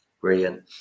Brilliant